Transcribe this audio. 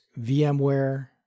VMware